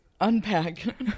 unpack